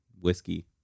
whiskey